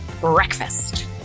breakfast